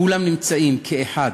כולם נמצאים כאחד,